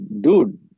dude